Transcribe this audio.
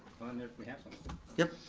if we have some. yep.